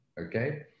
okay